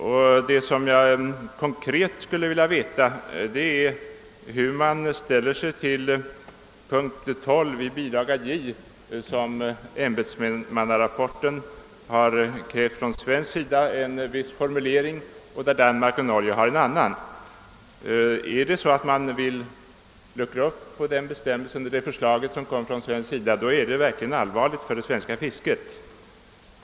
Vad jag konkret skulle vilja ha upplysning om är hur man ställer sig till punkt 12 i bilaga J till ämbetsmannarapporten, där från svensk sida har krävts en viss formulering, medan Danmark och Norge har föreslagit en annan. Är det så att man vill luckra upp bestämmelsen i det svenska förslaget, så är det mycket allvarligt för det svenska fisket.